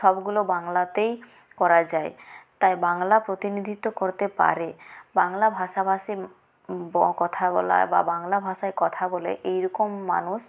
সবগুলো বাংলাতেই করা যায় তাই বাংলা প্রতিনিধিত্ব করতে পারে বাংলা ভাষাভাষী কথা বলা বা বাংলা ভাষায় কথা বলে এইরকম মানুষ